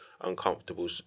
uncomfortable